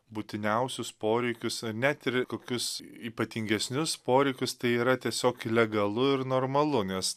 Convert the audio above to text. būtiniausius poreikius e net ir kokius ypatingesnius poreikius tai yra tiesiog legalu ir normalu nes